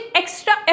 extra